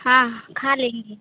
हाँ खा लेंगे